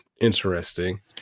interesting